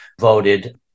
voted